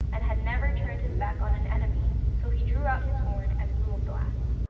and had never turned his back on an enemy so he drew out his horn, and blew a blast.